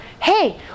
Hey